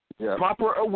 Proper –